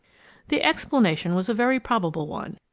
the explanation was a very probable one.